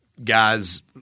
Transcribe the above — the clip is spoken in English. Guys